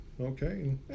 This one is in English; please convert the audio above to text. Okay